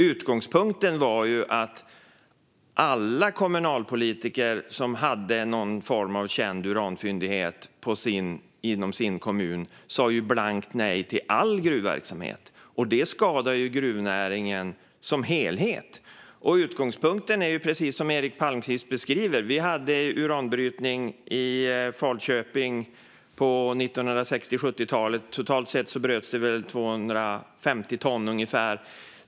Utgångspunkten var att alla kommunalpolitiker som hade någon form av känd uranfyndighet inom sin kommun sa blankt nej till all gruvverksamhet, och det skadar gruvnäringen som helhet. Utgångspunkten är precis den som Eric Palmqvist beskriver. Vi hade uranbrytning i Falköping på 1960-talet och 1970-talet. Totalt bröts det väl ungefär 250 ton.